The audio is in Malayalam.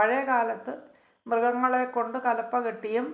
പഴയ കാലത്ത് മൃഗങ്ങളെ കൊണ്ട് കലപ്പ കെട്ടിയും